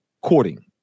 courting